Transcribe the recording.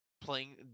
playing